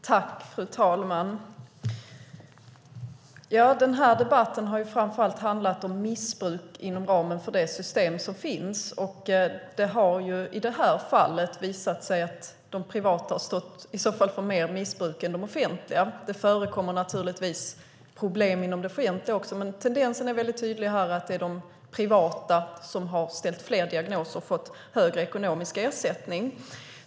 Fru talman! Den här debatten har framför allt handlat om missbruk inom ramen för det system som finns. Det har i detta fall visat sig att den privata vården har stått för mer missbruk än den offentliga. Det förekommer naturligtvis problem även inom den offentliga vården, men det finns en tydlig tendens till att den privata ställer fler diagnoser och får högre ekonomisk ersättning.